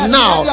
now